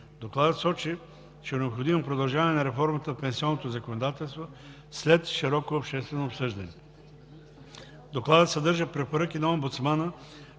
Докладът сочи, че е необходимо продължаване на реформата в пенсионното законодателство след широко обществено обсъждане. Докладът съдържа препоръки на омбудсмана